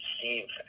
Steve